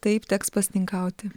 taip teks pasninkauti